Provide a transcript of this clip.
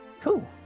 cool